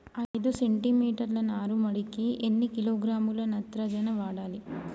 ఐదు సెంటిమీటర్ల నారుమడికి ఎన్ని కిలోగ్రాముల నత్రజని వాడాలి?